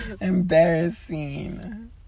embarrassing